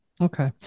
Okay